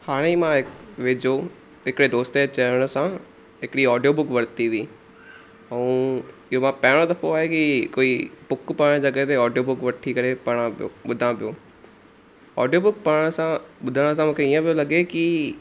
हाणे मां हिकु वेझो हिकिड़े दोस्त जे चवण सां हिकिड़ी ऑडियो बुक वरिती हुई ऐं इहो पहिरियों दफ़ो आहे की कोई बुक पढ़ण जे जॻहि ते ऑडियो बुक वठी करे पढ़ा पियो ॿुधां पियो ऑडियो बुक पढ़ण सां ॿुधण सां मूंखे हीअं पियो लॻे की